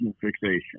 fixation